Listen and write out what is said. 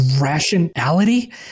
rationality